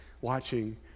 watching